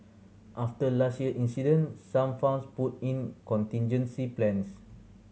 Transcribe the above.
after last year incident some farms put in contingency plans